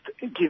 give